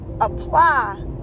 apply